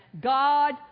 God